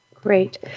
Great